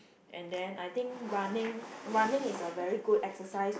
and then I think running running is a very good exercise to